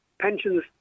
Pensions